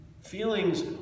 Feelings